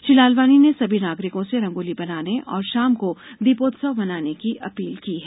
श्री लालवानी ने सभी नागरिकों से रंगोली बेनाने और षाम को दीपोत्सव मनाने की अपील की है